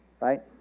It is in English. right